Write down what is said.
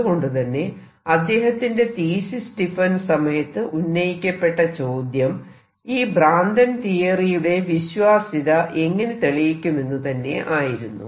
അതുകൊണ്ടുതന്നെ അദ്ദേഹത്തിന്റെ thesis defence സമയത്ത് ഉന്നയിക്കപ്പെട്ട ചോദ്യം ഈ ഭ്രാന്തൻ തിയറിയുടെ വിശ്വാസ്യത എങ്ങനെ തെളിയിക്കുമെന്നു തന്നെ ആയിരുന്നു